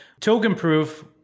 TokenProof